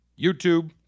YouTube